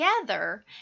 together